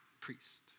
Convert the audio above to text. priest